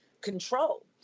control